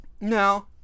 No